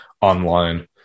online